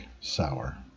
sour